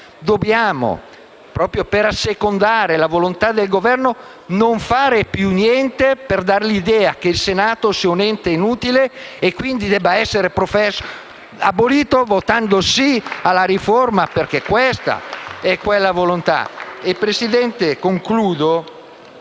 dobbiamo, proprio per assecondare la volontà del Governo, non fare più niente, per dare l'idea che il Senato sia un ente inutile e quindi debba essere abolito votando sì al *referendum*. Perché questa è la volontà. *(Applausi dai